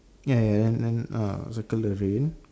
ya ya then then uh circle the rain